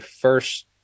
first